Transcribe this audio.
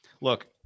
Look